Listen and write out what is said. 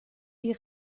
die